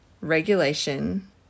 regulation